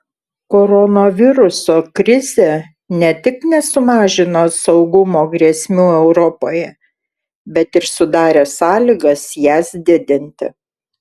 koronaviruso krizė ne tik nesumažino saugumo grėsmių europoje bet ir sudarė sąlygas jas didinti